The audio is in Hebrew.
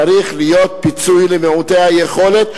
צריך להיות פיצוי למעוטי היכולת,